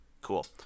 Cool